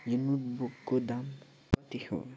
यो नोटबुकको दाम कति हो